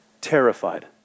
terrified